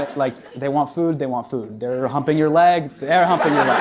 like, like they want food, they want food. they're humping your leg, they're humping